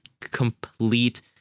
complete